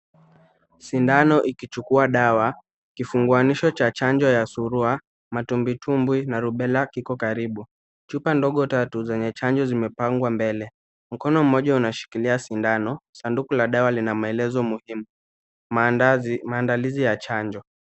Sindano ikichukua dawa kifunguanisho cha chanjo ya surua, matumbi tumbwi na rubella kiko karibu. Chupa ndogo tatu zenye chanjo zimepangwa mbele, mkono mmoja unashikilia sindano, sanduku la dawa lina maelezo muhimu. Maandazi, maandalizi ya chanjo.